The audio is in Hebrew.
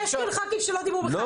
לא, יש כאן ח"כים שלא דיברו בכלל.